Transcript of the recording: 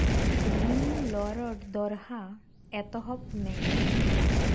ᱨᱤᱝ lord ᱫᱚᱦᱲᱟ ᱮᱛᱚᱦᱚᱵ ᱢᱮ